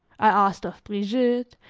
i asked of brigitte,